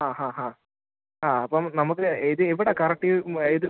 ആ ഹാ ഹാ ആ അപ്പം നമുക്ക് ഇതെവിടാണ് കറക്റ്റ് ഇത്